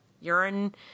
urine